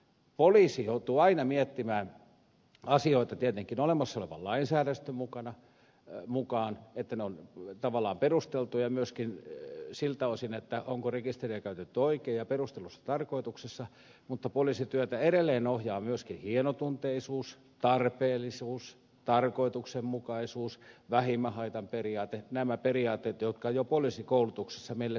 poliisi joutuu aina miettimään asioita tietenkin olemassa olevan lainsäädännön mukaan että ne ovat tavallaan perusteltuja myöskin siltä osin onko rekisteriä käytetty oikein ja perustellussa tarkoituksessa mutta poliisityötä edelleen ohjaa myöskin hienotunteisuus tarpeellisuus tarkoituksenmukaisuus vähimmän haitan periaate nämä periaatteet jotka jo poliisikoulutuksessa meille sisään rakennetaan